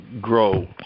grow